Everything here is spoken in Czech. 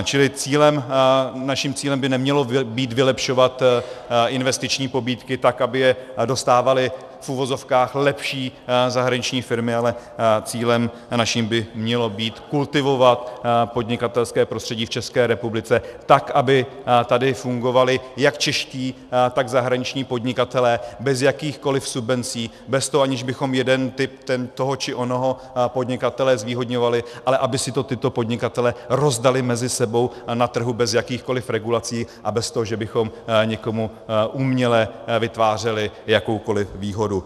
Čili naším cílem by nemělo být vylepšovat investiční pobídky tak, aby je dostávaly v uvozovkách lepší zahraniční firmy, ale naším cílem by mělo být kultivovat podnikatelské prostředí v České republice tak, aby tady fungovali jak čeští, tak zahraniční podnikatelé bez jakýchkoli subvencí, bez toho, aniž bychom toho či onoho podnikatele zvýhodňovali, ale aby si to tito podnikatelé rozdali mezi sebou na trhu bez jakýchkoli regulací a bez toho, že bychom někomu uměle vytvářeli jakoukoli výhodu.